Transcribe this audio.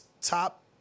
top